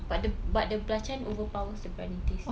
but the but the belacan overpowers the briyani taste